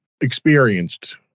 experienced